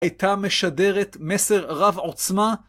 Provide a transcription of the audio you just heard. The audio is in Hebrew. הייתה משדרת מסר רב עוצמה.